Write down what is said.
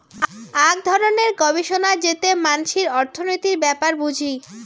আক ধরণের গবেষণা যেতে মানসি অর্থনীতির ব্যাপার বুঝি